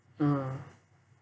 mm